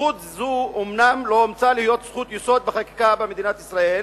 זכות זו אומנם לא אומצה להיות זכות יסוד בחקיקה במדינת ישראל,